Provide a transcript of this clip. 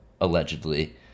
allegedly